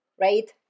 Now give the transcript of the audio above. right